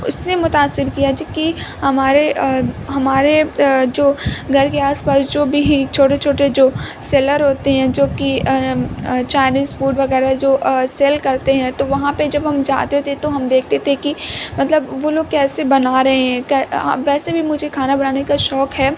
اس نے متاثر کیا ہے چونکہ ہمارے ہمارے جو گھر کے آس پاس جو بھی چھوٹے چھوٹے جو سیلر ہوتے ہیں جوکہ چائنیز فوڈ وغیرہ جو سیل کرتے ہیں تو وہاں پہ جب ہم جاتے تھے تو ہم دیکھتے تھے کہ مطلب وہ لوگ کیسے بنا رہے ہیں ویسے بھی مجھے کھانا بنانے کا شوق ہے